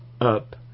up